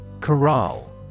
Corral